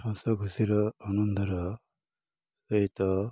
ହସ ଖୁସିର ଆନନ୍ଦର ସହିତ